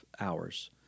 hours